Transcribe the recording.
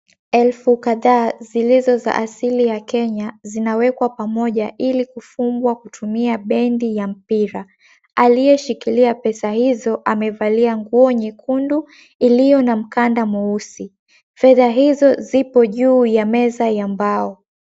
Elfu kadhaa zilizoasili ya Kenya, zinawekwa pamoja ili kufungwa kutumia bendi ya mpira. Aliyeshikilia pesa hizo amevalia nguo nyekundu iliyo na mkanda mweusi. Fedha hizo zipo juu ya meza ya mbao.